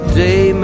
day